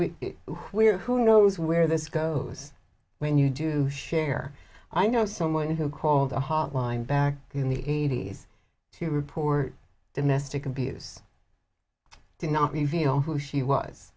where who knows where this goes when you do share i know someone who called a hotline back in the eighty's to report domestic abuse did not reveal who she was